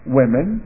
women